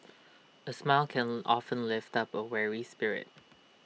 A smile can often lift up A weary spirit